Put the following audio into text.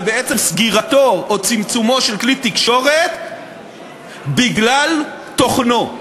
ובעצם לסגירתו או לצמצומו של כלי תקשורת בגלל תוכנו,